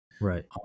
Right